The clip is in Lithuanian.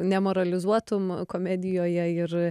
nemoralizuotum komedijoje ir